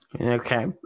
Okay